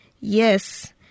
Yes